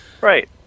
Right